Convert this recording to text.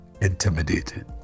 intimidated